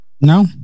No